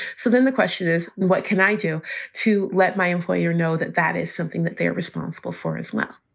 so then the question is, what can i do to let my employer know that that is something that they are responsible for as well?